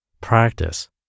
practice